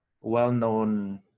Well-known